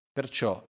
Perciò